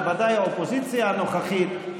ובוודאי האופוזיציה הנוכחית,